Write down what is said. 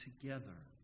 together